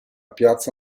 piazza